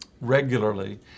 regularly